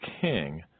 king